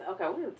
Okay